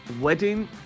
wedding